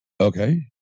Okay